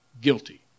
guilty